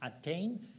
attain